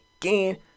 again